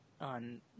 on